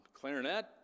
Clarinet